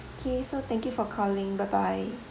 okay so thank you for calling bye bye